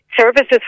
services